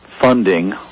Funding